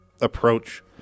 approach